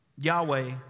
Yahweh